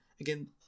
Again